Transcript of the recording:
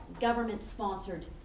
government-sponsored